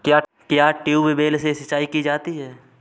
क्या ट्यूबवेल से सिंचाई की जाती है?